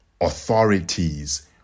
authorities